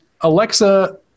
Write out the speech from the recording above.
Alexa